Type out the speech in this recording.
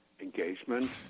engagement